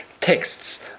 texts